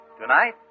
Tonight